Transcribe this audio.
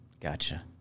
Gotcha